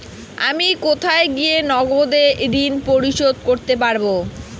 আমি কোথায় গিয়ে নগদে ঋন পরিশোধ করতে পারবো?